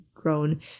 grown